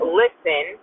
listen